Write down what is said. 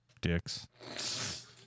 Dicks